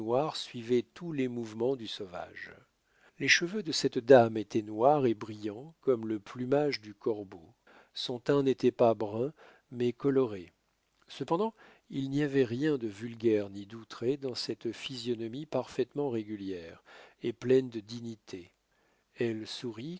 suivaient tous les mouvements du sauvage les cheveux de cette dame étaient noirs et brillants comme le plumage du corbeau son teint n'était pas brun mais coloré cependant il n'y avait rien de vulgaire ni d'outré dans cette physionomie parfaitement régulière et pleine de dignité elle sourit